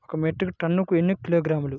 ఒక మెట్రిక్ టన్నుకు ఎన్ని కిలోగ్రాములు?